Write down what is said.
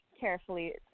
carefully